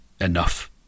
enough